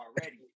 already